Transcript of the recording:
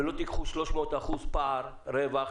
ולא תיקחו 300% פער רווח